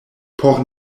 por